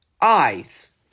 eyes